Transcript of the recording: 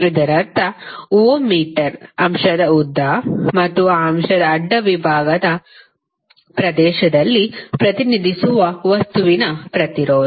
ಇದರರ್ಥ ohm meter ಅಂಶದ ಉದ್ದ ಮತ್ತು ಆ ಅಂಶದ ಅಡ್ಡ ವಿಭಾಗದ ಪ್ರದೇಶದಲ್ಲಿ ಪ್ರತಿನಿಧಿಸುವ ವಸ್ತುವಿನ ಪ್ರತಿರೋಧ